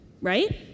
Right